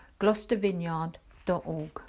gloucestervineyard.org